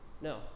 No